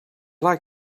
like